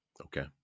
okay